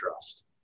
trust